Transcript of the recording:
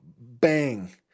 bang